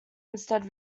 instead